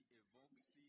evokes